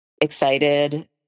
excited